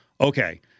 Okay